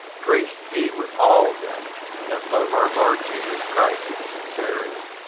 grace be with all them that love our lord jesus christ in sincerity.